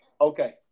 okay